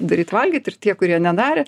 daryt valgyt ir tie kurie nedarė